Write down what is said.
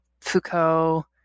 Foucault